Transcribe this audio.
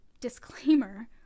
Disclaimer